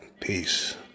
peace